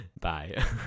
Bye